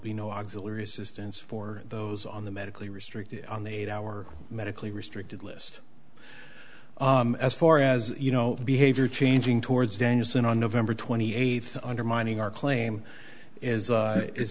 be no auxiliary assistance for those on the medically restricted on the eight hour medically restricted list as far as you know behavior changing towards dentists and on november twenty eighth undermining our claim is